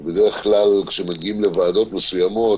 כשמגיעים לוועדות מסוימות,